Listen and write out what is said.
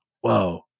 whoa